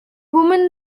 woman